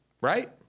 Right